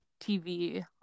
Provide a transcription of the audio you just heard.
TV